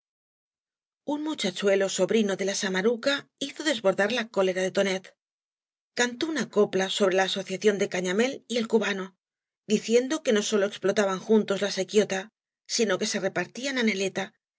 un muchachuelo sobrino de la samaruca hizo desbordar la cólera de tonet cantó una copla sobre la asociiación de cañamél y el cubano diciendo que no sólo explotaban juntos la sequióta sino que se repartían